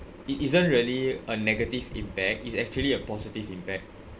it isn't really a negative impact it's actually a positive impact